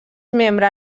membre